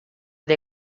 dei